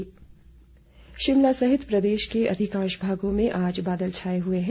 मौसम शिमला सहित प्रदेश के अधिकांश भागों में आज बादल छाए हुए हैं